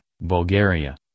Bulgaria